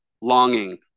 longing